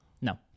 No